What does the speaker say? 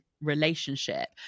relationship